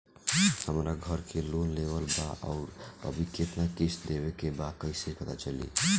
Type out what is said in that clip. हमरा घर के लोन लेवल बा आउर अभी केतना किश्त देवे के बा कैसे पता चली?